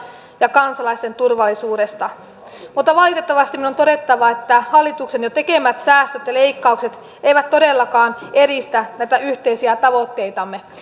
ja kansalaisten turvallisuudesta mutta valitettavasti minun on todettava että hallituksen jo tekemät säästöt ja leikkaukset eivät todellakaan edistä näitä yhteisiä tavoitteitamme